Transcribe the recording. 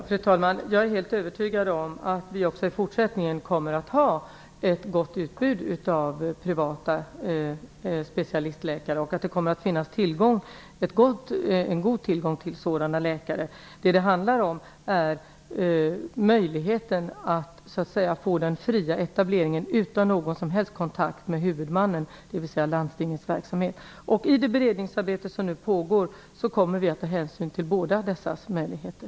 Fru talman! Jag är helt övertygad om att det också i fortsättningen kommer att finnas ett gott utbud av privata specialistläkare och en god tillgång till sådana läkare. Det som det handlar om är möjligheten att få den fria etableringen utan någon som helst kontakt med huvudmannen, dvs. landstinget. I det beredningsarbete som nu pågår kommer vi att ta hänsyn till bådas möjligheter.